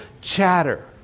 chatter